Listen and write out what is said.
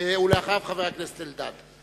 ואחריו, חבר הכנסת אלדד.